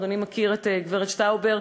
אדוני מכיר את גברת שטאובר,